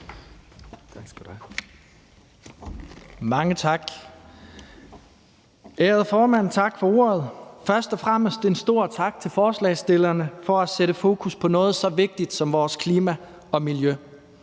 ordet, ærede formand. Først og fremmest en stor tak til forslagsstillerne for at sætte fokus på noget så vigtigt som vores klima og miljø.